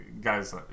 guys